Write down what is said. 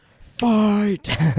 Fight